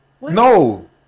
No